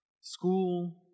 school